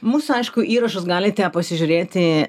mūsų aišku įrašus galite pasižiūrėti